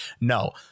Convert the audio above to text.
No